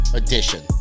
edition